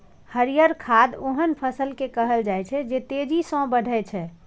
हरियर खाद ओहन फसल कें कहल जाइ छै, जे तेजी सं बढ़ै छै